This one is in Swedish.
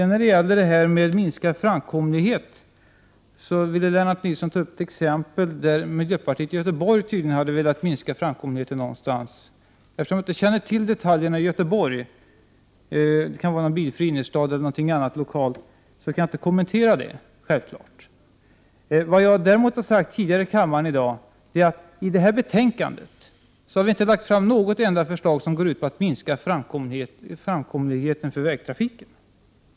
När det sedan gäller minskad framkomlighet tog Lennart Nilsson upp ett exempel som visade att miljöpartiet i Göteborg tydligen hade velat minska framkomligheten någonstans. Eftersom jag inte känner till detaljerna i Göteborg — det kan gälla en bilfri innerstad eller något annat lokalt — så kan jag självfallet inte kommentera det exemplet. Vad jag däremot har sagt tidigare i kammaren i dag är att vi i detta betänkande inte har lagt fram något enda förslag som går ut på att minska framkomligheten för vägtrafiken.